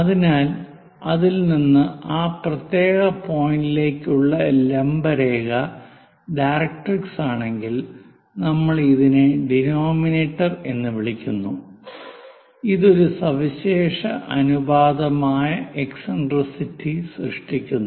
അതിനാൽ അതിൽ നിന്ന് ആ പ്രത്യേക പോയിന്റിലേക്കുള്ള ലംബ രേഖ ഡയറക്ട്രിക്സ് ആണെങ്കിൽ നമ്മൾ ഇതിനെ ഡിനോമിനേറ്റർ എന്ന് വിളിക്കുന്നു അത് ഒരു സവിശേഷ അനുപാതമായ എക്സിൻട്രിസിറ്റി സൃഷ്ടിക്കുന്നു